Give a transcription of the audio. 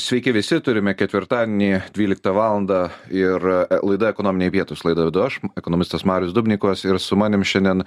sveiki visi turime ketvirtadienį dvyliktą valandą ir a a laida ekonominiai pietūs laidą vedu aš ekonomistas marius dubnikovas ir su manim šiandien